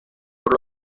por